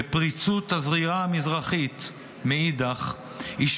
ופריצות הזירה המזרחית מאידך גיסא,